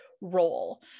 role